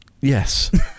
Yes